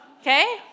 okay